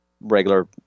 regular